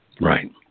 Right